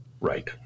Right